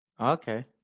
Okay